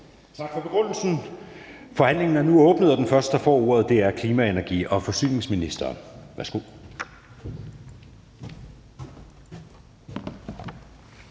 Tak for begrundelsen. Forhandlingen er nu åbnet, og den første, der får ordet, er klima-, energi- og forsyningsministeren. Værsgo.